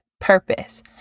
purpose